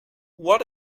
what